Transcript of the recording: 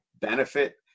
benefit